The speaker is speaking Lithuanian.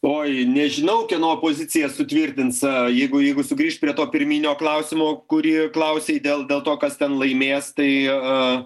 oi nežinau kieno poziciją sutvirtins jeigu jeigu sugrįšt prie to pirminio klausimo kurį klausei dėl dėl to kas ten laimės tai